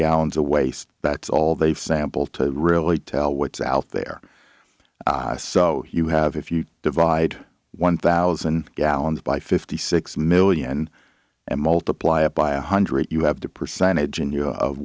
gallons a waste that's all they sample to really tell what's out there so you have if you divide one thousand gallons by fifty six million and multiply it by one hundred you have the percentage in you of